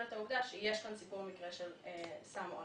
את העובדה שיש כאן סיפור מקרה של סם אונס.